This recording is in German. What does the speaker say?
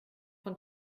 von